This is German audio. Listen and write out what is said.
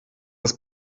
das